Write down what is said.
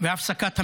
והפסקת המלחמה.